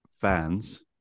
fans